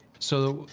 so,